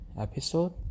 episode